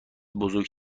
بزرگ